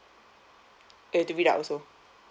you have to read out also